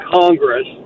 Congress